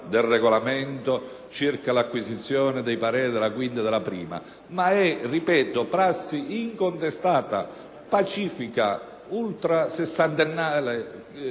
Grazie,